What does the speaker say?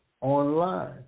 online